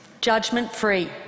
judgment-free